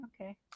okay